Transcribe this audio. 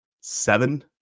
seven